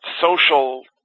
social